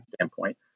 standpoint